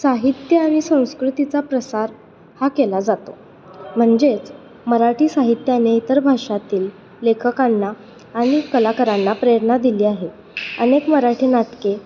साहित्य आणि संस्कृतीचा प्रसार हा केला जातो म्हणजेच मराठी साहित्याने इतर भाषातील लेखकांना आणि कलाकारांना प्रेरणा दिली आहे अनेक मराठी नाटके